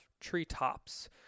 treetops